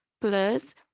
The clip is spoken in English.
plus